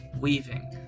weaving